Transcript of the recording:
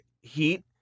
heat